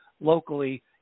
locally